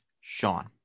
Sean